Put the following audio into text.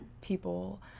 people